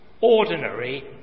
ordinary